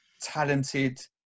talented